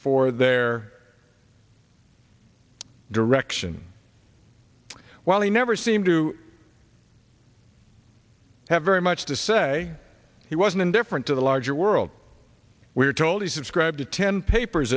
for their direction while he never seemed to have very much to say he wasn't indifferent to the larger world we're told he subscribed to ten papers